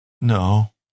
No